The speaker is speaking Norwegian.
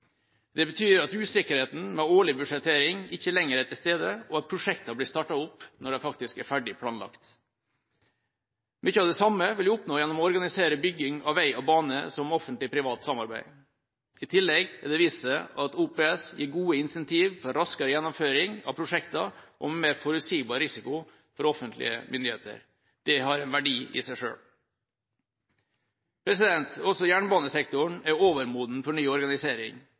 Det betyr at usikkerheten med årlig budsjettering ikke lenger er til stede, og at prosjektene blir startet opp når de faktisk er ferdig planlagt. Mye av det samme vil vi oppnå gjennom å organisere bygging av vei og bane som offentlig–privat samarbeid. I tillegg har det vist seg at OPS gir gode incentiv for raskere gjennomføring av prosjektene, og med en mer forutsigbar risiko for offentlige myndigheter. Det har en verdi i seg selv. Også jernbanesektoren er overmoden for ny organisering.